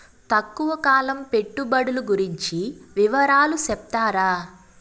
తక్కువ కాలం పెట్టుబడులు గురించి వివరాలు సెప్తారా?